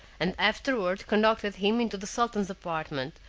and afterward conducted him into the sultan's apartment,